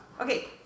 Okay